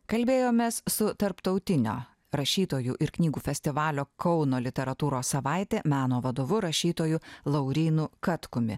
kalbėjomės su tarptautinio rašytojų ir knygų festivalio kauno literatūros savaitė meno vadovu rašytoju laurynu katkumi